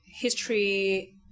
history